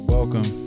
Welcome